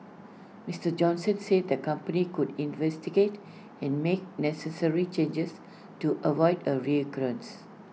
Mister Johnson said the company could investigate and make necessary changes to avoid A recurrence